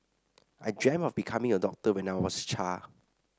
I dreamt of becoming a doctor when I was a child